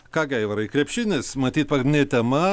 ką gi aivarai krepšinis matyt pagrindinė tema